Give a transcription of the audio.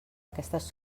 aquestes